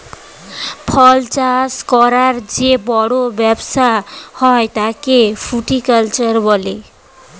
ফল চাষ করার যে বড় ব্যবসা হয় তাকে ফ্রুটিকালচার বলে